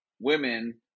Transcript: women